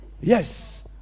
Yes